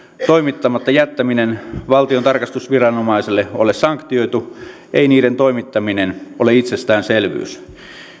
toimittamatta jättäminen valtion tarkastusviranomaiselle ole sanktioitu ei niiden toimittaminen ole itsestäänselvyys